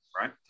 right